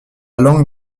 langue